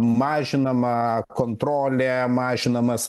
mažinama kontrolė mažinamas